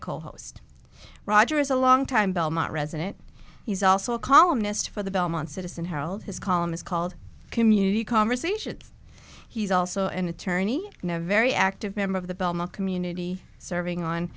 co host roger is a longtime belmont resident he's also a columnist for the belmont citizen herald his column is called community conversations he's also an attorney and a very active member of the belmont community serving on